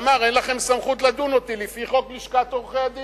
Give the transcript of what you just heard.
ואמר: אין לכם סמכות לדון אותי לפי חוק לשכת עורכי-הדין,